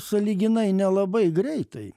sąlyginai nelabai greitai